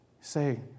say